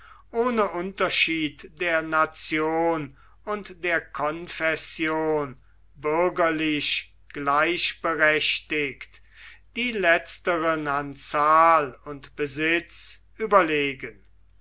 ohne unterschied der nation und der konfession bürgerlich gleichberechtigt die letzteren an zahl und besitz überlegen